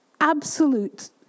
absolute